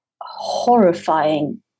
horrifying